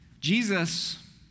Jesus